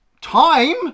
time